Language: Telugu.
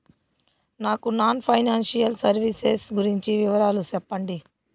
నాకు నాన్ ఫైనాన్సియల్ సర్వీసెస్ గురించి వివరాలు సెప్పండి?